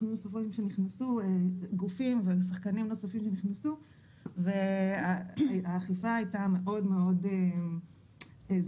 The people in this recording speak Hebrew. כאשר נכנסו גופים ושחקנים נוספים והאכיפה הייתה מאוד מאוד בהירה.